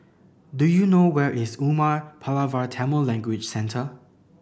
do you know where is Umar Pulavar Tamil Language Centre